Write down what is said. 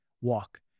walk